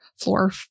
floor